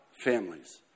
families